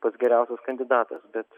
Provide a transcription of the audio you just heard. pats geriausias kandidatas bet